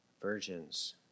virgins